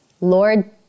Lord